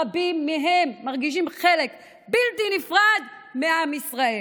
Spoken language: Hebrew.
רבים מהם מרגישים חלק בלתי נפרד מעם ישראל.